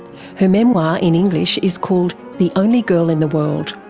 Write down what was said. her memoir in english is called the only girl in the world.